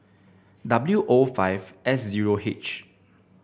W O five S zero H